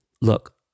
look